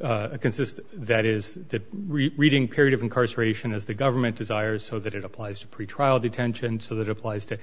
a consist that is the reading period of incarceration as the government desires so that it applies to pretrial detention so that applies to